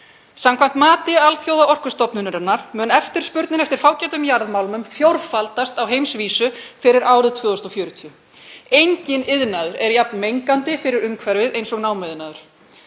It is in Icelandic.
Samkvæmt mati Alþjóðaorkustofnunarinnar mun eftirspurnin eftir fágætum jarðmálmum fjórfaldast á heimsvísu fyrir árið 2040. Enginn iðnaður er jafn mengandi fyrir umhverfið eins og námuiðnaður.